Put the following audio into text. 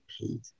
paid